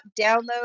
download